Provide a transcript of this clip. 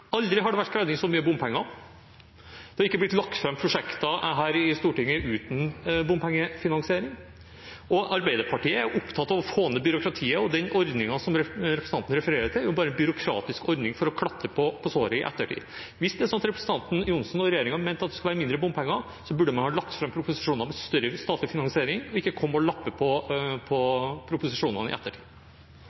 Stortinget uten bompengefinansiering. Arbeiderpartiet er opptatt av å få ned byråkratiet, og den ordningen som representanten refererer til, er jo bare en byråkratisk ordning for å klatte på såret i ettertid. Hvis det er så at representanten Johnsen og regjeringen hadde ment at det skulle være mindre bompenger, burde man lagt fram proposisjoner med større statlig finansiering, og ikke komme og lappe på proposisjonene i ettertid.